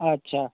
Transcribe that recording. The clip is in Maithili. अच्छा